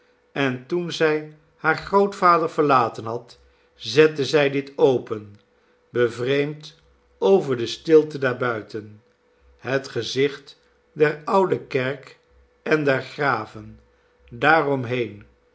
en toen zij haar grootvader verlaten had zette zij dit open bevreemd over de stilte daarbuiten het gezicht der oude kerk en der graven